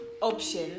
option